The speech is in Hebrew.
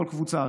כל קבוצה,